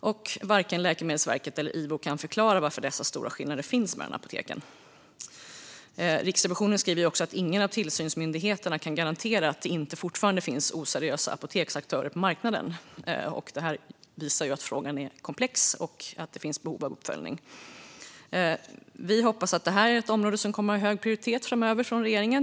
och varken Läkemedelsverket eller Ivo kan förklara varför dessa stora skillnader finns mellan apoteken. Riksrevisionen skriver också att ingen av tillsynsmyndigheterna kan garantera att det inte fortfarande finns oseriösa apoteksaktörer på marknaden. Detta visar att frågan är komplex och att det finns behov av uppföljning. Vi hoppas att det här är ett område som kommer att ha hög prioritet framöver från regeringen.